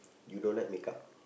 you don't like makeup